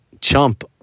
chump